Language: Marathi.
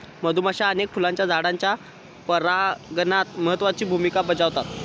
मधुमाश्या अनेक फुलांच्या झाडांच्या परागणात महत्त्वाची भुमिका बजावतत